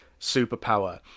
superpower